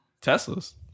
Tesla's